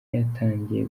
yatangiye